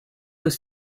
ist